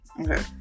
okay